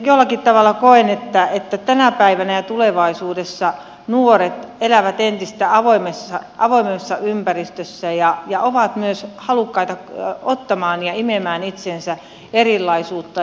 jollakin tavalla koen että tänä päivänä ja tulevaisuudessa nuoret elävät entistä avoimemmassa ympäristössä ja ovat myös halukkaita ottamaan ja imemään itseensä erilaisuutta